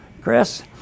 Chris